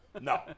No